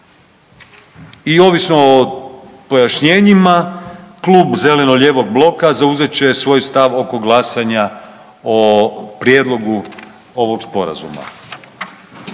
I ovisno o pojašnjenjima, Klub zeleno-lijevog bloka zauzet će svoj stav oko glasanja o Prijedlogu ovog Sporazuma.